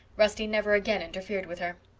rusty never again interfered with her.